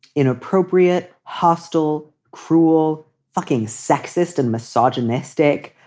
inappropriate, hostile, cruel. fucking sexist and misogynistic.